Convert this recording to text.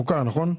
מוכר, נכון?